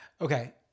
Okay